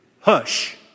hush